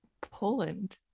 Poland